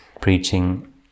preaching